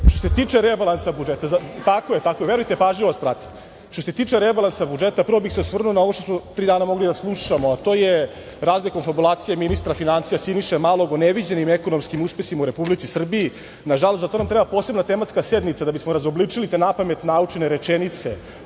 to zaboravite na poslanike vlasti, verujte, pažljivo vas pratim. Što se tiče rebalansa budžeta, prvo bih se osvrnuo na ovo što smo tri dana mogli da slušamo, a to su razne konfabulacije ministra finansija Siniše Malog o neviđenim ekonomskim uspesima u Republici Srbiji. Nažalost, za to nam treba posebna tematska sednica da bismo razobličili te napamet naučene rečenice